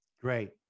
Great